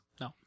No